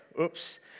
Oops